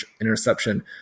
interception